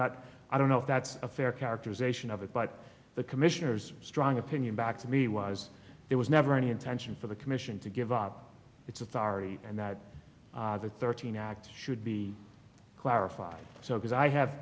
not i don't know if that's a fair characterization of it but the commissioners strong opinion back to me was there was never any intention for the commission to give up its authority and that the thirteen act should be clarified so as i have